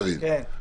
קארין,